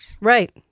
Right